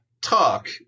talk